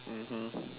mmhmm